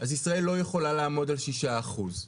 אז ישראל לא יכולה לעמוד על שישה אחוזים.